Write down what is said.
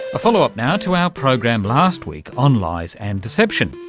a follow up now to our program last week on lies and deception,